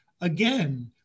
Again